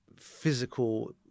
physical